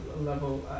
level